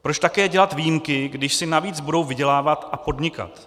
Proč také dělat výjimky, když si navíc budou vydělávat a podnikat?